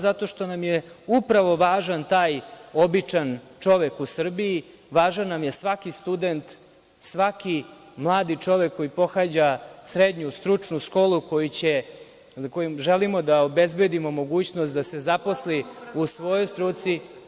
Zato što nam je upravo važan taj običan čovek u Srbiji, važan nam je svaki student, svaki mladi čovek koji pohađa srednju stručnu školu kojem želimo da obezbedimo mogućnost da se zaposli u svojoj struci.